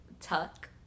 Tuck